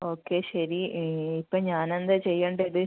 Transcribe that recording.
okay ശരി ഇപ്പം ഞാൻ എന്താണ് ചെയ്യേണ്ടത്